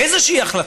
איזושהי החלטה.